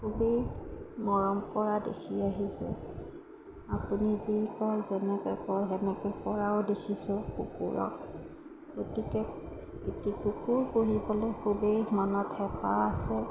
খুবেই মৰম কৰা দেখি আহিছে আপুনি যি কয় যেনেকৈ কয় সেনেকৈ কৰাও দেখিছোঁ কুকুৰক গতিকে এটি কুকুৰ পুহিবলৈ খুবেই মনত হেঁপাহ আছে